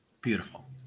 Beautiful